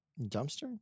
Dumpster